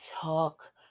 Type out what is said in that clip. talk